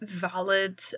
valid